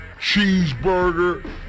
cheeseburger